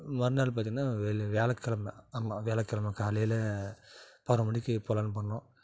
மறுநாள் பார்த்திங்கன்னா வெள்ளி வியாழக்கெலம ஆமாம் வியாழக்கெலம காலையில் பதினோரு மணிக்கு போகலானு பண்ணோம்